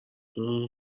اون